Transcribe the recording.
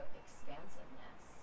expansiveness